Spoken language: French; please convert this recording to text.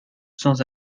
sans